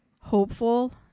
hopeful